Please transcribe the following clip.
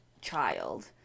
child